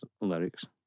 lyrics